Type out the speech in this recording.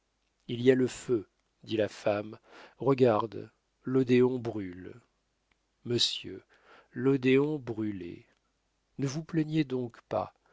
il y a le feu dit la femme regarde l'odéon brûle monsieur l'odéon brûlait ne vous plaignez donc pas